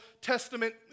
Testament